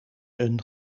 een